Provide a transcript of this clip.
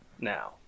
now